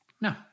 No